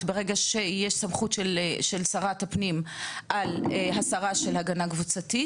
ברגע שיש סמכות של שרת הפנים על הסרה של הגנה קבוצתית.